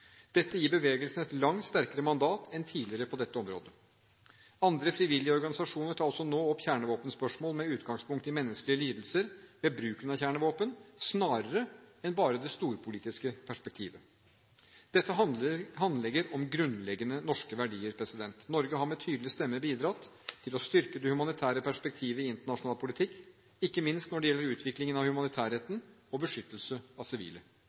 Dette gir bevegelsen et langt sterkere mandat enn tidligere på dette området. Andre frivillige organisasjoner tar også nå opp kjernevåpenspørsmålet med utgangspunkt i menneskelige lidelser ved bruken av kjernevåpen, snarere enn bare det storpolitiske perspektivet. Dette handler om grunnleggende norske verdier. Norge har med tydelig stemme bidratt til å styrke det humanitære perspektivet i internasjonal politikk, ikke minst når det gjelder utviklingen av humanitærretten og beskyttelse av sivile.